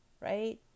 Right